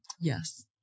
Yes